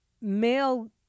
male